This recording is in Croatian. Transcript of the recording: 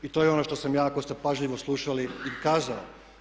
To je ono što sam ja ako ste pažljivo slušali i kazao.